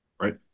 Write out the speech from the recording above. right